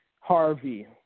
Harvey